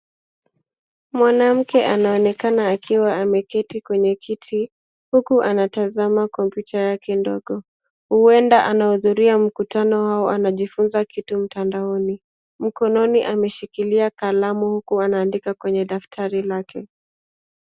Mwanamke anaonekana akiwa ameketi kwenye kiti huku anatazama kompyuta yake ndogo, huenda anahudhuria mkutano au anajifunza kitu mtandaoni. Mkononi ameshikilia kalamu huku anaandika kwenye daftari lake.